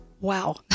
Wow